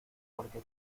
porque